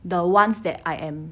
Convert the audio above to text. the ones that I am